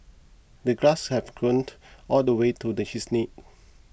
the grass had grown all the way to the his knees